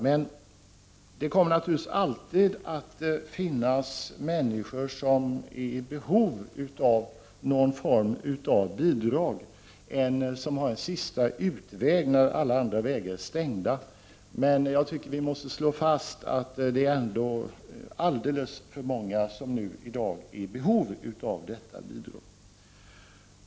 Men det kommer naturligtvis alltid att finnas människor som är i behov av någon form av bidrag, som en sista utväg, när alla andra vägar är stängda. Vi måste dock slå fast att det är alldeles för många som i dag är i behov av detta bidrag.